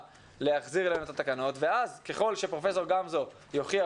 להחזיר אלינו את התקנות ואז ככל שפרופ' גמזו יוכיח,